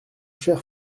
cher